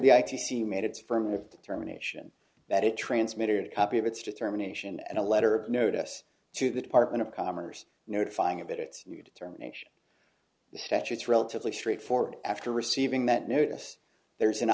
of the terminations that it transmitter to copy of its determination and a letter notice to the department of commerce notifying of it its new determination statutes relatively straightforward after receiving that notice there's an